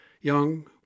young